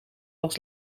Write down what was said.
als